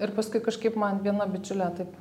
ir paskui kažkaip man viena bičiulė taip